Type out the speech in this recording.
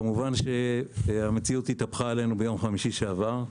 כמובן המציאות התהפכה עלינו ביום חמישי שעבר.